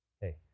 Hey